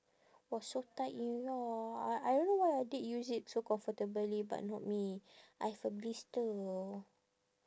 was so tight ya I I don't know why adik use it so comfortably but not me I have a blister